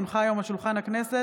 כי הונחה היום על שולחן הכנסת,